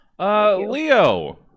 Leo